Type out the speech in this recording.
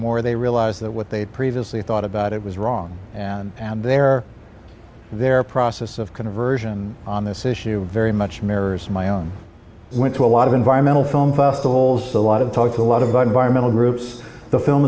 more they realized that what they had previously thought about it was wrong and there their process of conversion on this issue very much mirrors my own went to a lot of environmental film festivals a lot of talk a lot of environmental groups the film